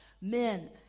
men